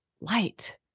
light